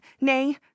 Nay